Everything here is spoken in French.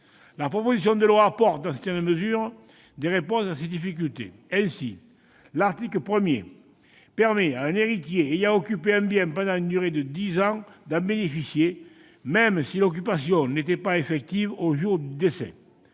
La proposition de loi apporte, dans une certaine mesure, des réponses à ces difficultés. Ainsi, l'article 1 permet à un héritier ayant occupé un bien pendant une durée de dix ans d'en bénéficier, même si l'occupation n'était pas effective au jour du décès.